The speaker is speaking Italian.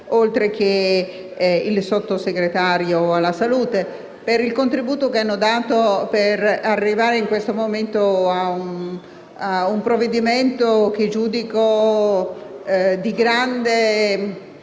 oltre che il Sottosegretario alla salute, per il contributo che hanno dato per arrivare in questo momento ad un provvedimento che giudico di grande